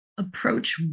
Approach